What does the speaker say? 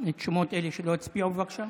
את שמות אלה שלא הצביעו, בבקשה.